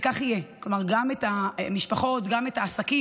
וכך יהיה, כלומר גם את המשפחות, גם את העסקים.